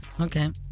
okay